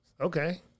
okay